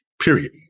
period